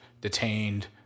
detained